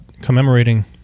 commemorating